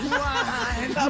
wine